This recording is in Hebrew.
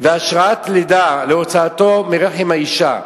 והשראת לידה להוצאתו מרחם האשה,